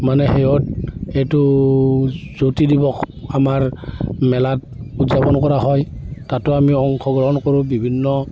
মানে শেহত এইটো জ্যোতি দিৱস আমাৰ মেলাত উদযাপন কৰা হয় তাতো আমি অংশগ্ৰহণ কৰোঁ বিভিন্ন